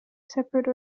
separate